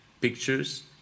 pictures